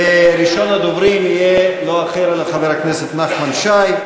וראשון הדוברים יהיה לא אחר מחבר הכנסת נחמן שי.